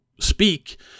Speak